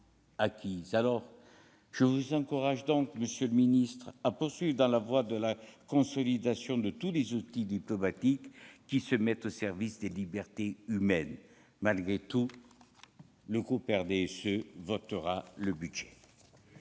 ! Je vous encourage donc, monsieur le ministre, à poursuivre dans la voie de la consolidation de tous les outils diplomatiques qui se mettent au service des libertés humaines. Malgré tout, le groupe du RDSE votera ce budget.